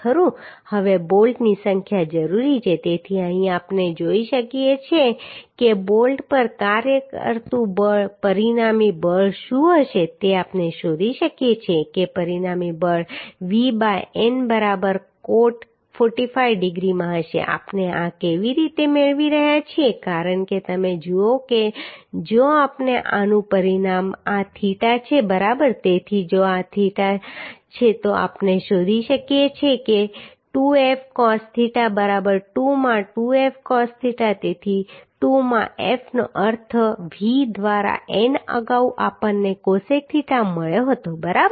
હવે બોલ્ટની સંખ્યા જરૂરી છે તેથી અહીં આપણે જોઈ શકીએ છીએ કે બોલ્ટ પર કાર્ય કરતું બળ પરિણામી બળ શું હશે તે આપણે શોધી શકીએ છીએ કે પરિણામી બળ V બાય N બરાબર કોટ 45 ડિગ્રીમાં હશે આપણે આ કેવી રીતે મેળવી રહ્યા છીએ કારણ કે તમે જુઓ કે જો આપણે આનું પરિણામ આ થીટા છે બરાબર તેથી જો આ થીટા છે તો આપણે શોધી શકીએ છીએ કે 2F cos theta બરાબર 2 માં 2F cos theta તેથી 2 માં F નો અર્થ V દ્વારા N અગાઉ આપણને કોસેક થીટા મળ્યો હતો બરાબર